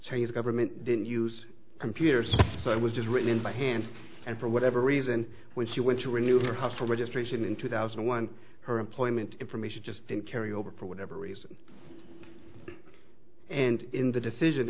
the government didn't use computers so i was written by hand and for whatever reason when she went to renew her house for registration in two thousand and one her employment information just didn't carry over for whatever reason and in the decision